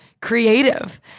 creative